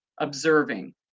observing